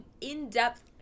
in-depth